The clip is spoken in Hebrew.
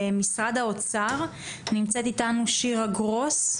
שירה גרוס,